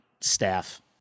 staff